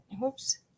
Whoops